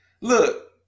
look